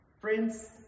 Friends